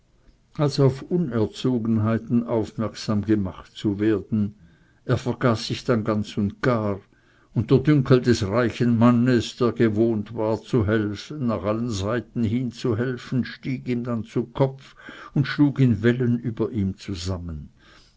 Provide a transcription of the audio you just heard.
als auf unerzogenheiten aufmerksam gemacht zu werden er vergaß sich dann ganz und gar und der dünkel des reichen mannes der gewohnt war zu helfen nach allen seiten hin zu helfen stieg ihm dann zu kopf und schlug in wellen über ihm zusammen